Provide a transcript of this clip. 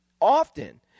often